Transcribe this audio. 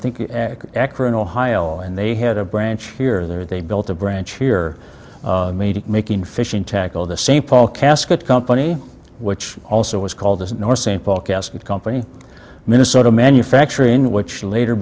think akron ohio and they had a branch near there they built a brand here making fishing tackle the st paul casket company which also was called as a north st paul cast company minnesota manufacturing which later